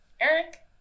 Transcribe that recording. Eric